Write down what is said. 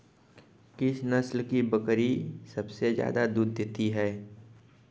किस नस्ल की बकरी सबसे ज्यादा दूध देती है?